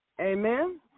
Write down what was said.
Amen